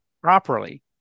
properly